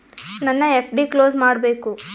ನನ್ನ FD close ಮಾಡಬೇಕು